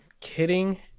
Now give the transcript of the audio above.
kidding